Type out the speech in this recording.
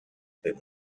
bit